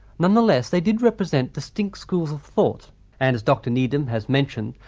none the less, they did represent distinct schools of thought and as dr needham has mentioned,